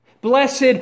Blessed